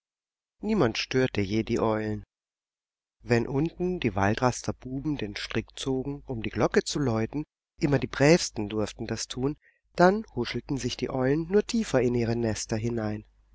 niemand störte je die eulen wenn unten die waldraster buben den strick zogen um die glocke zu läuten immer die brävsten durften das tun dann huschelten sich die eulen nur tiefer in ihre nester hinein